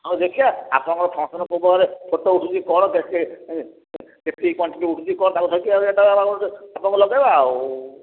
ହଉ ଦେଖିବା ଆପଣଙ୍କର ଫଙ୍କସନ ଘରେ ଫଟୋ ଉଠୁଛି କ'ଣ କେତେ ଏତିକି କ୍ଵାଣ୍ଟିଟି ଉଠୁଛି କ'ଣ ତାକୁ ଧରିକି ରେଟଟା ଆପଣଙ୍କୁ ଲଗେଇବା ଆଉ